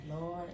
Lord